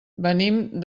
venim